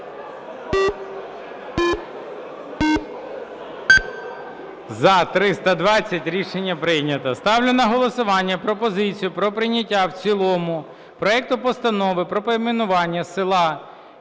За-320 Рішення прийнято. Ставлю на голосування пропозицію про прийняття в цілому проекту Постанови про перейменування села